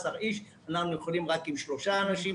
איש אנחנו נוכל להסיע רק שלושה אנשים.